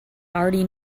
already